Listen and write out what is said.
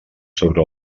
sobre